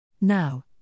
Now